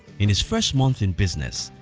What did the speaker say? in his first month in business,